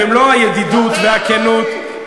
במלוא הידידות והכנות,